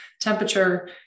temperature